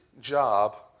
job